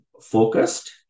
focused